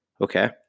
okay